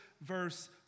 verse